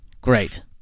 Great